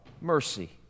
mercy